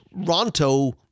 Ronto